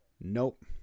nope